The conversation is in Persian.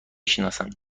شناسم